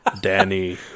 Danny